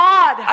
God